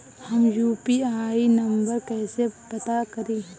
हम UPI number कइसे पता करी?